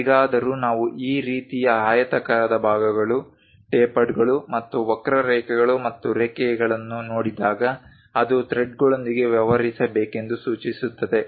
ಹೇಗಾದರೂ ನಾವು ಈ ರೀತಿಯ ಆಯತಾಕಾರದ ಭಾಗಗಳು ಟೇಪರ್ಡ್ಗಳು ಮತ್ತು ವಕ್ರಾರೇಖೆಗಳು ಮತ್ತು ರೇಖೆಗಳನ್ನು ನೋಡಿದಾಗ ಅದು ಥ್ರೆಡ್ಗಳೊಂದಿಗೆ ವ್ಯವಹರಿಸಬೇಕೆಂದು ಸೂಚಿಸುತ್ತದೆ